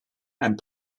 and